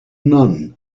none